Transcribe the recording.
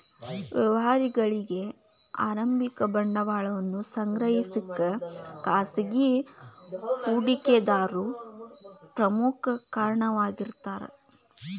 ವ್ಯವಹಾರಗಳಿಗಿ ಆರಂಭಿಕ ಬಂಡವಾಳವನ್ನ ಸಂಗ್ರಹಿಸಕ ಖಾಸಗಿ ಹೂಡಿಕೆದಾರರು ಪ್ರಮುಖ ಕಾರಣವಾಗಿರ್ತಾರ